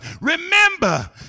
Remember